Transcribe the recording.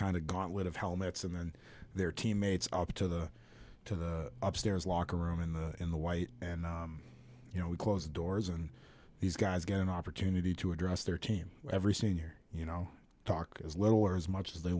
kind of gauntlet of helmets and then their teammates up to the to the upstairs locker room in the in the white and you know we close the doors and these guys get an opportunity to address their team every senior you know talk as little as much as they